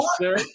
sir